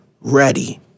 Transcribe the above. ready